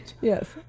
Yes